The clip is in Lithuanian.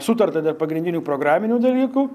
sutarta dėl pagrindinių programinių dalykų